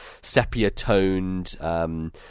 sepia-toned